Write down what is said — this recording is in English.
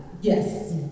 Yes